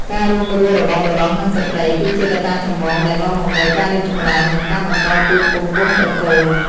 ការរួមរស់របស់បុរសនិងស្ត្រី គឺជាកត្តាចម្បងដែលនាំមកនូវការរីកចម្រើន និងការបន្តពូជពង្សវង្សត្រកូល។